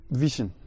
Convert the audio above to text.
vision